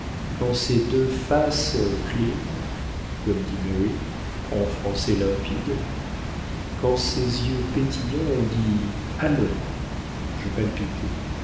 quand ces deux faces cleanes comme dit mary en français limpide quand ces yeux pétillants ont dit allons je palpitais